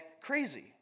crazy